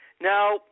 Now